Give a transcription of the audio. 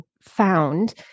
found